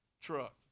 truck